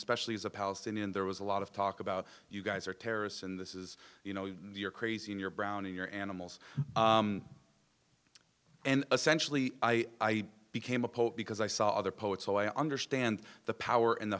especially as a palestinian there was a lot of talk about you guys are terrorists and this is you know you're crazy in your browny your animals and essentially i became a poet because i saw other poets so i understand the power and the